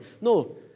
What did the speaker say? No